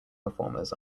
performers